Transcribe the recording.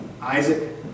Isaac